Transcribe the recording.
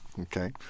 Okay